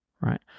right